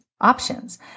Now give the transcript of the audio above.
options